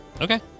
Okay